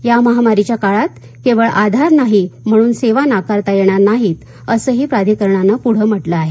या महामारीच्या काळात केवळ आधार कार्ड सेवा म्हणून नाकारता येणार नाहीत असंही प्राधिकरणानं पुढं म्हटलं आहे